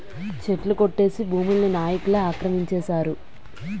చెట్లు కొట్టేసి భూముల్ని నాయికులే ఆక్రమించేశారు